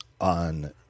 on